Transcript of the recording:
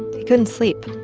he couldn't sleep